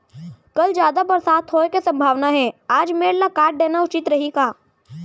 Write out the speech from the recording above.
कल जादा बरसात होये के सम्भावना हे, आज मेड़ ल काट देना उचित रही का?